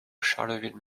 charleville